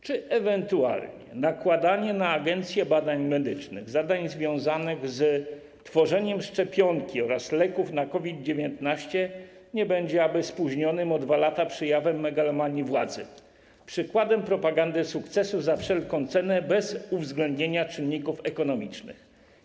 Czy ewentualne nakładanie na Agencję Badań Medycznych zadań związanych z tworzeniem szczepionki oraz leków na COVID-19 nie będzie aby działaniem spóźnionym o 2 lata, przejawem megalomanii władzy, przykładem propagandy sukcesu za wszelką cenę, bez uwzględnienia czynników ekonomicznych?